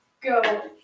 go